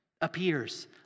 appears